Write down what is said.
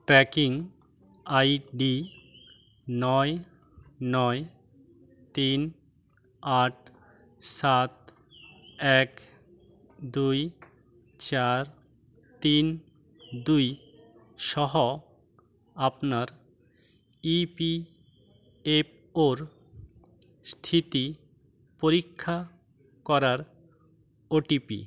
tracking ID নয় নয় তিন আট সাত এক দুই চার তিন দুই সহ আপনার ইপিএফওর স্থিতি পরীক্ষা করার ওটিপি